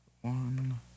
One